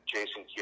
Jason